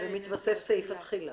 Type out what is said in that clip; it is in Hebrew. ומתווסף סעיף התחילה.